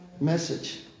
message